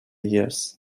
years